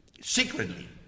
secretly